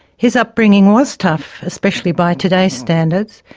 his upbringing was tough, especially by today's standards.